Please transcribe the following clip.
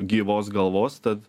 gyvos galvos tad